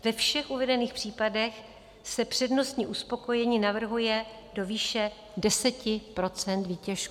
Ve všech uvedených případech se přednostní uspokojení navrhuje do výše 10 % výtěžku.